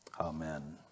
Amen